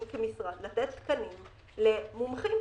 כמשרד לתת תקנים למומחים.